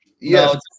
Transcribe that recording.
Yes